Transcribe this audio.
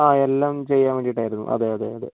ആ എല്ലാം ചെയ്യാൻ വേണ്ടിയിട്ടായിരുന്നു അതെ അതെ അതെ